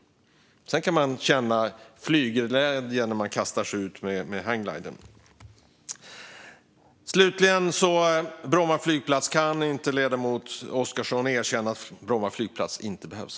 Sedan kan man känna flygglädje när man kastar sig ut med hang glidern. Jag avslutar med Bromma flygplats: Kan inte ledamoten Oscarsson erkänna att Bromma flygplats inte behövs?